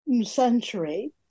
century